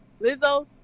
Lizzo